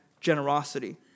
generosity